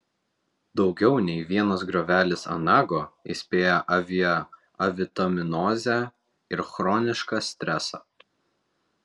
daugiau nei vienas griovelis ant nago įspėja avie avitaminozę ir chronišką stresą